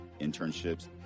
internships